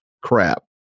crap